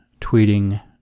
tweeting